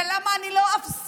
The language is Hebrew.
זה למה אני לא אפסיק